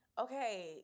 Okay